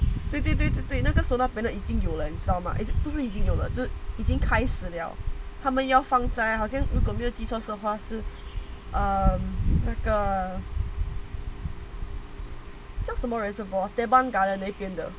对对对对那个 solar panel 已经有了你知道吗一直不是已经有了这已经开始了他们要放在好像如果没有记错是 um 那个讲什么 reservoir teban garden 那边的